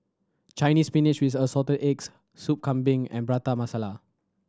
Chinese Spinach with Assorted Eggs Soup Kambing and Prata Masala